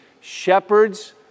shepherds